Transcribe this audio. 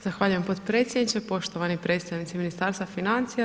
Zahvaljujem potpredsjedniče, poštovani predstavnici Ministarstva financija.